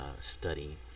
study